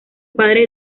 padre